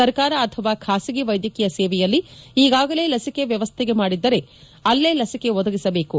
ಸರ್ಕಾರ ಅಥವಾ ಖಾಸಗಿ ವೈದ್ಯಕೀಯ ಸೇವೆಯಲ್ಲಿ ಈಗಾಗಲೇ ಲಸಿಕೆಗೆ ವ್ಯವಸ್ತೆ ಮಾಡಿದ್ದರೆ ಅಲ್ಲೇ ಲಸಿಕೆ ಒದಗಿಸಬೇಕು